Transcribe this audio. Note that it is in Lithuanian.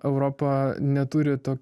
europa neturi to